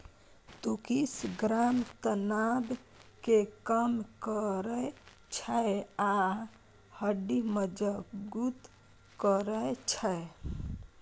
तुर्किश ग्राम तनाब केँ कम करय छै आ हड्डी मजगुत करय छै